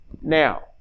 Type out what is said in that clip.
Now